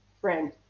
friend